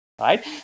right